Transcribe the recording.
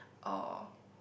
or